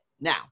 Now